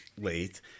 late